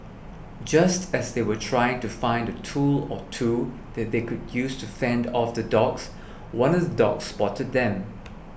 just as they were trying to find a tool or two that they could use to fend off the dogs one of the dogs spot them